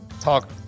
talk